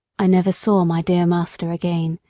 i never saw my dear master again.